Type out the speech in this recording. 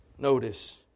Notice